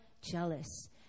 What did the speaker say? jealous